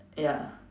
ya